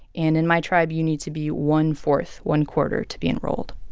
and in my tribe you need to be one-fourth one quarter to be enrolled